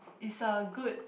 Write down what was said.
is a good